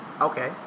Okay